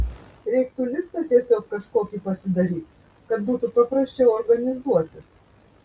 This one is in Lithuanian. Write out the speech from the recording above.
reiktų listą tiesiog kažkokį pasidaryt kad būtų paprasčiau organizuotis